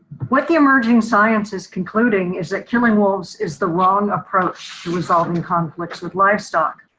what the emerging science is concluding is that killing wolves is the wrong approach to resolving conflicts with livestock.